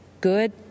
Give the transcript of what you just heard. good